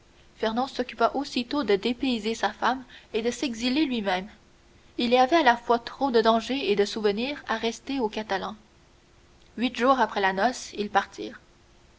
s'occupa aussitôt de dépayser sa femme et de s'exiler lui-même il y avait à la fois trop de dangers et de souvenirs à rester aux catalans huit jours après la noce ils partirent